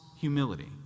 humility